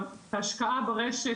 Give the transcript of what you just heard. את ההשקעה ברשת,